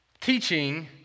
teaching